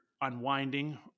unwinding